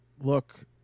look